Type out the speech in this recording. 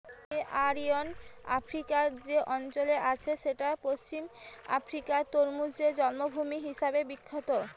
Sierra Leone আফ্রিকার যে অঞ্চলে আছে সেইটা পশ্চিম আফ্রিকার তরমুজের জন্মভূমি হিসাবে বিখ্যাত